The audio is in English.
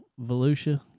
Volusia